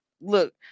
look